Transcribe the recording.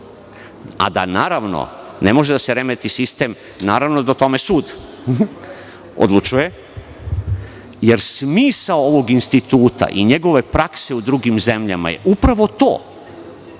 a da naravno, ne može da se remeti sistem, naravno da o tome sud odlučuje. Smisao ovog instituta i njegove prakse u drugim zemljama je upravo u